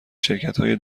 شرکتهای